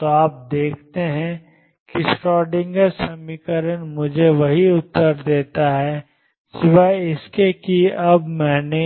तो आप देखते हैं कि श्रोडिंगर समीकरण मुझे वही उत्तर देता है सिवाय इसके कि अब मैंने